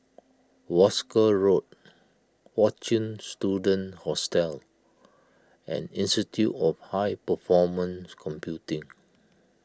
Wolskel Road fortune Students Hostel and Institute of High Performance Computing